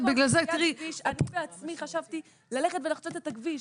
אני בעצמי חשבתי ללכת ולחצות את הכביש,